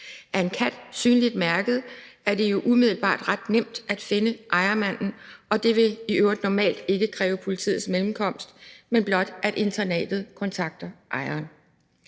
Er en kat synligt mærket, er det jo umiddelbart ret nemt at finde ejermanden, og det vil i øvrigt normalt ikke kræve politiets mellemkomst, men blot at internatet kontakter ejeren.